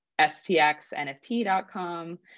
stxnft.com